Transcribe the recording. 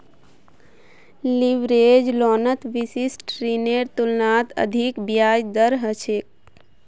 leverage लोनत विशिष्ट ऋनेर तुलनात अधिक ब्याज दर ह छेक